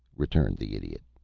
returned the idiot.